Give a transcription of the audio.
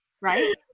Right